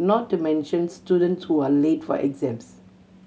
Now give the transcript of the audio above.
not to mention students who are late for exams